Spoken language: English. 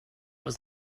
was